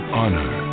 honor